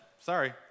Sorry